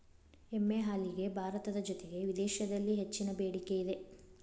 ಎಮ್ಮೆ ಹಾಲಿಗೆ ಭಾರತದ ಜೊತೆಗೆ ವಿದೇಶಿದಲ್ಲಿ ಹೆಚ್ಚಿನ ಬೆಡಿಕೆ ಇದೆ